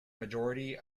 majority